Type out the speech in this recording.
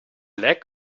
lack